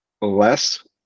less